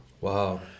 wow